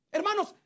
Hermanos